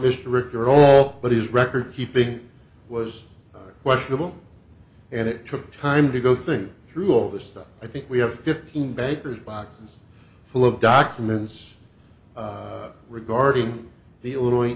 mr richter all but his record keeping was questionable and it took time to go think through all this stuff i think we have fifteen bankers boxes full of documents regarding the illinois